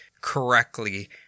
correctly